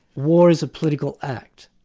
war is a political act,